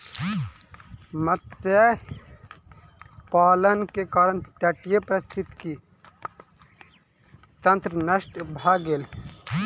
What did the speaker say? मत्स्य पालन के कारण तटीय पारिस्थितिकी तंत्र नष्ट भ गेल